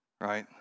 right